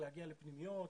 להגיע לפנימיות,